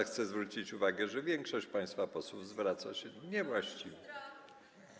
Chcę zwrócić uwagę, że większość państwa posłów zwraca się niewłaściwie.